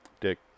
Dick